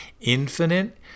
infinite